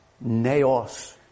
naos